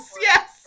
Yes